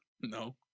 No